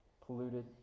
polluted